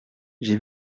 j’ai